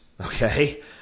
okay